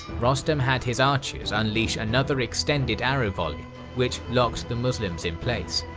rostam had his archers unleash another extended arrow volley which locked the muslims in place.